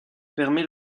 permet